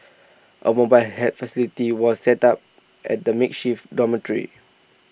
A mobile help facility was set up at the makeshift dormitory